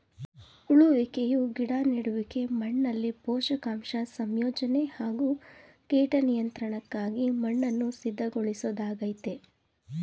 ಉಳುವಿಕೆಯು ಗಿಡ ನೆಡೋಕೆ ಮಣ್ಣಲ್ಲಿ ಪೋಷಕಾಂಶ ಸಂಯೋಜನೆ ಹಾಗೂ ಕೀಟ ನಿಯಂತ್ರಣಕ್ಕಾಗಿ ಮಣ್ಣನ್ನು ಸಿದ್ಧಗೊಳಿಸೊದಾಗಯ್ತೆ